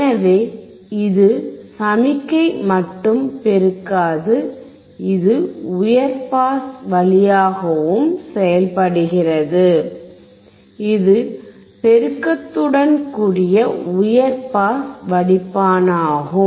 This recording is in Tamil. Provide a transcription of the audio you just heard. எனவே இது சமிக்ஞையை மட்டும் பெருக்காது இது உயர் பாஸ் வழியாகவும் செயல்படுகிறது இது பெருக்கத்துடன் கூடிய உயர் பாஸ் வடிப்பானாகும்